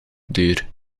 duur